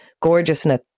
gorgeousness